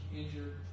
injured